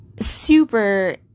Super